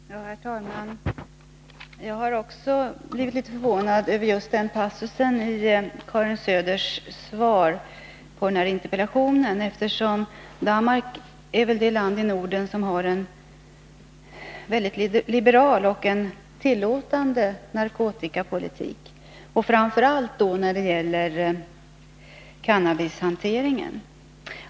Herr talman! Jag har också blivit litet förvånad över just denna passus i Karin Söders svar på interpellationen, eftersom Danmark är det land i Norden som har den mest liberala och tillåtande narkotikapolitiken, framför allt när det gäller cannabishanteringen.